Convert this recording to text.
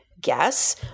guess